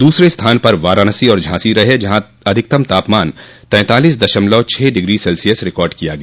दूसरे स्थान पर वाराणसी और झांसी रहे जहां अधिकतम तापमान तैंतालीस दशमलव छह डिग्री सेल्सियस रिकार्ड किया गया